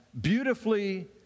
beautifully